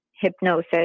hypnosis